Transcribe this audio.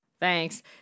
Thanks